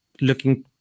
looking